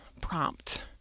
prompt